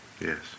Yes